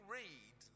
read